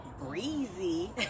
breezy